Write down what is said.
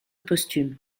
posthume